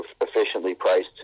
efficiently-priced